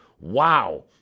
Wow